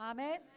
Amen